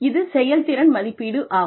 இது செயல்திறன் மதிப்பீடு ஆகும்